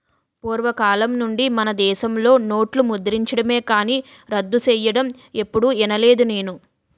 పూర్వకాలం నుండి మనదేశంలో నోట్లు ముద్రించడమే కానీ రద్దు సెయ్యడం ఎప్పుడూ ఇనలేదు నేను